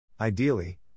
Ideally